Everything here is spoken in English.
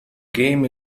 game